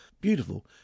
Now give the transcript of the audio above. Beautiful